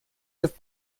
what